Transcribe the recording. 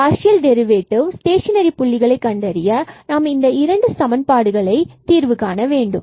partial derivative stationary புள்ளிகளை கண்டறிய நாம் இந்த இரண்டு சமன்பாடுகளை தீர்வு காணவேண்டும்